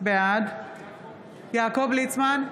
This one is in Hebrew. בעד יעקב ליצמן,